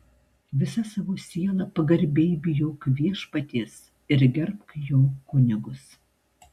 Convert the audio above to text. visa savo siela pagarbiai bijok viešpaties ir gerbk jo kunigus